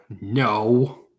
No